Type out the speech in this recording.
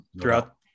throughout